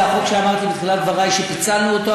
זה החוק שאמרתי בתחילת דברי שפיצלנו אותו,